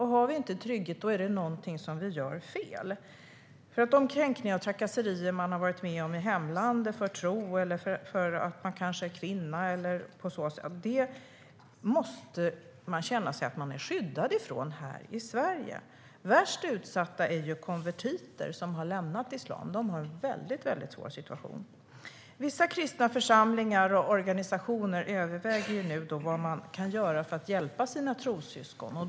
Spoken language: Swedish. Har vi inte trygghet är det något som vi gör fel. De kränkningar och trakasserier som man har varit med om i hemlandet för tro, för att man är kvinna eller för något annat måste man känna sig skyddad från här i Sverige. Värst utsatta är konvertiter som har lämnat islam. De har en mycket svår situation. Vissa kristna församlingar och organisationer överväger nu vad de kan göra för att hjälpa sina trossyskon.